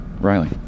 Riley